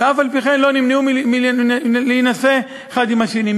אף-על-פי-כן הם לא נמנעו מלהינשא אחד עם השני,